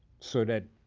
so that